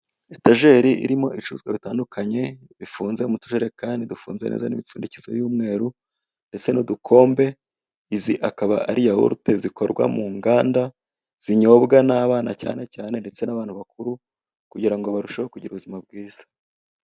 Etageri irimo ibicuruzwa bitandukanye. Bifunze mu tujerekani dufunze neza n' imipfundikizo y'umweru ndetse n'udukombe. Izi akaba ari yawurute zikorwa mu nganda. Zinyobwa n'abana cyane cyane ndetse n'abantu bakuru, kugira ngo barusheho kugira ubuzima bwiza.